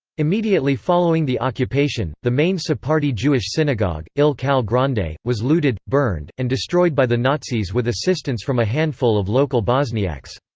immediately following the occupation, the main sephardi jewish synagogue, il kal grande, was looted, burned, and destroyed by the nazis with assistance from a handful of local bosniaks.